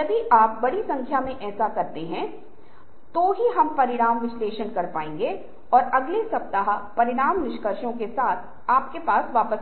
और रिश्तों की संबंद स्थापित की कृषि और रिश्तों को बनाए रखने के लिए कई उपकरण किट हैं जो हमने प्रदान किए हैं कि आप इसे कैसे